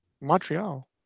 Montreal